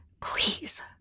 Please